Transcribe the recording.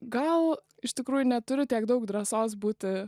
gal iš tikrųjų neturiu tiek daug drąsos būti